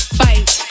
fight